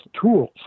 tools